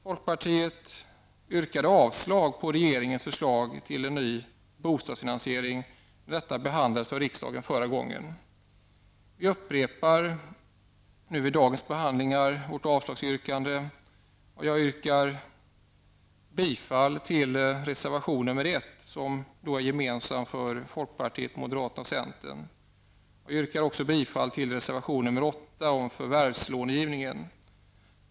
Folkpartiet yrkade avslag på regeringens förslag till ny bostadsfinansiering när detta behandlades av riksdagen förra gången. Vi upprepar i dagens behandling vårt avslagsyrkande, och jag yrkar bifall till reservation nr 1, som är gemensam för folkpartiet, moderaterna och centern. Jag yrkar också bifall till reservation nr 8 om förvärvslångivningen.